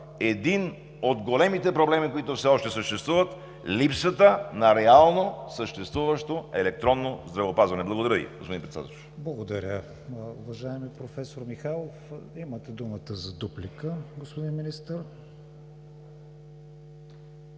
един от големите проблеми, които още съществуват – липсата на реално съществуващо електронно здравеопазване. Благодаря Ви. ПРЕДСЕДАТЕЛ КРИСТИАН ВИГЕНИН: Благодаря, уважаеми професор Михайлов. Имате думата за дуплика, господин Министър.